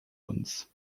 uns